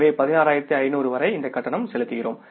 எனவே 16500 வரை இந்த கட்டணம் செலுத்துகிறோம்